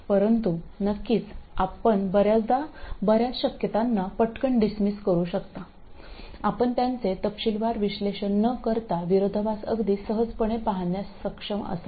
परंतु नक्कीच आपण बर्याचदा बर्याच शक्यतांना पटकन डिसमिस करू शकता आपण त्यांचे तपशीलवार विश्लेषण न करता विरोधाभास अगदी सहजपणे पाहण्यास सक्षम असाल